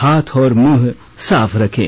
हाथ और मुंह साफ रखें